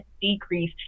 decrease